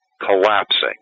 collapsing